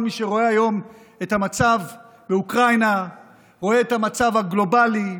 כל מי שרואה היום את המצב באוקראינה ורואה את המצב הגלובלי,